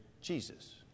Jesus